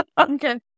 Okay